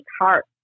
heart